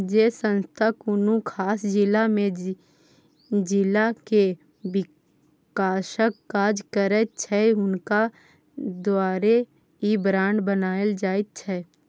जे संस्था कुनु खास जिला में जिला के विकासक काज करैत छै हुनका द्वारे ई बांड बनायल जाइत छै